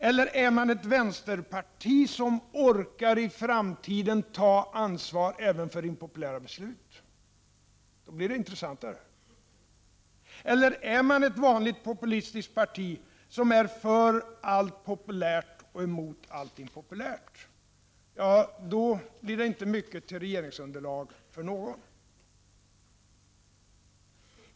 Eller är man ett vänsterparti som i framtiden orkar ta ansvar även för impopulära beslut? I så fall blir det intressantare. Eller är man ett vanligt populistiskt parti, som är för allt populärt och emot allt impopulärt? I så fall blir partiet inte mycket till regeringsunderlag för någon.